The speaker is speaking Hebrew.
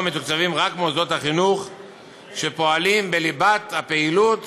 מתוקצבים רק מוסדות החינוך שפועלים בליבת הפעילות